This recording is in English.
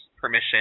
permission